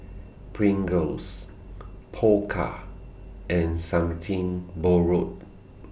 Pringles Pokka and Something Borrowed